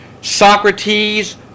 Socrates